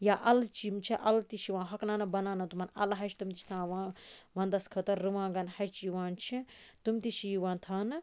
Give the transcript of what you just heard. یا اَلہٕ چھِ یِم چھِ اَلہٕ تہِ چھِ یِوان ہوکھناونہٕ بَناونہٕ تِمَن اَلہٕ ہَچہٕ تِم تہِ چھِ تھاوان وَندَس خٲطرٕ رُوانٛگَن ہَچہِ یِوان چھِ تِم تہِ چھِ یِوان تھاونہٕ